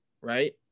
right